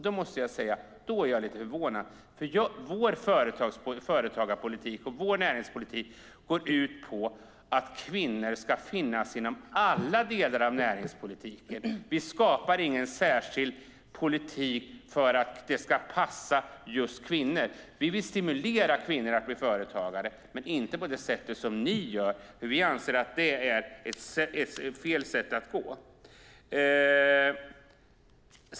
Det måste jag säga gör mig förvånad. Vår företagarpolitik och näringspolitik går ut på att kvinnor ska finnas inom alla delar av näringspolitiken. Vi skapar ingen särskild politik för att det ska passa just kvinnor. Vi vill stimulera kvinnor att bli företagare men inte på det sättet som ni gör. Vi anser att det är fel väg att gå.